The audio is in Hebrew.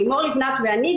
לימור לבנת ואני,